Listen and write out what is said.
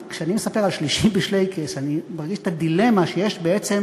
כשאני מספר על "שלישי בשלייקעס" אני מרגיש את הדילמה שיש בעצם